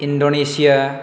Indonesia